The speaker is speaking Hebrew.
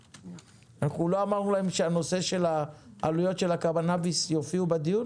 אנחנו לא אמרנו להם שהנושא של העלויות של הקנביס יופיעו בדיון?